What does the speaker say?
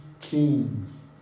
kings